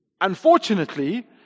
unfortunately